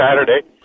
Saturday